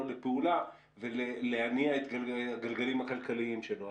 לפעולה ולהניע את הגלגלים הכלכליים שלו.